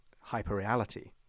hyper-reality